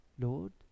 Lord